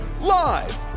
live